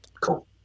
cool